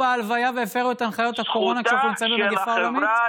שגם יש לא מעט פרויקטים שמתבססים בחינוך בלתי פורמלי,